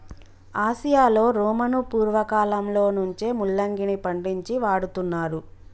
ఆసియాలో రోమను పూర్వకాలంలో నుంచే ముల్లంగిని పండించి వాడుతున్నారు